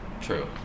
True